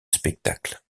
spectacles